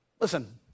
listen